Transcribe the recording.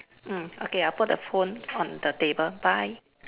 mm okay I put the phone on the table bye